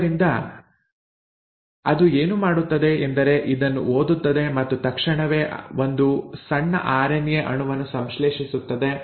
ಆದ್ದರಿಂದ ಅದು ಏನು ಮಾಡುತ್ತದೆ ಎಂದರೆ ಇದನ್ನು ಓದುತ್ತದೆ ಮತ್ತು ತಕ್ಷಣವೇ ಒಂದು ಸಣ್ಣ ಆರ್ಎನ್ಎ ಅಣುವನ್ನು ಸಂಶ್ಲೇಷಿಸುತ್ತದೆ